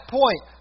point